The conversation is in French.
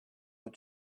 veux